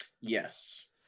yes